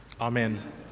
Amen